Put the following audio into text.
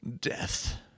Death